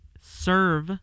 Serve